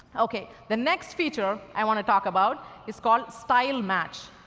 okay, the next feature i want to talk about is called style match.